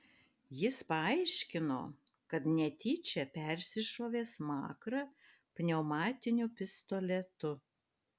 jis paaiškino kad netyčia persišovė smakrą pneumatiniu pistoletu